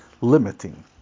limiting